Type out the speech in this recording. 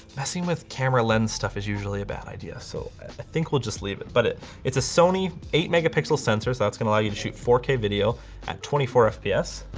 messing with camera lens stuff is usually a bad idea, so i think we'll just leave it. but it's a sony eight megapixel sensor that's gonna allow you to shoot four k video at twenty four fps.